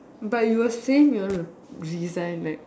but you were saying you want to resign right